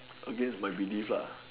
against my believe